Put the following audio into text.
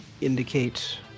indicate